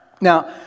Now